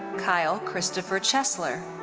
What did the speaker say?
kyle christopher chesler.